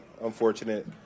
Unfortunate